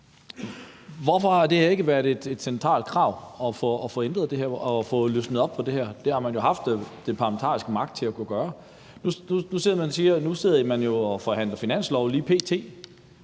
Hvorfor har det ikke været et centralt krav at få ændret det her og få løsnet op for det her? Det har man jo haft den parlamentariske magt til at kunne gøre. Nu sidder man og forhandler finanslov lige p.t.